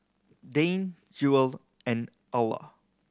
Dane Jewel and Alla